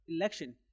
election